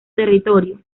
territorio